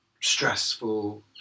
stressful